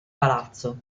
palazzo